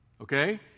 Okay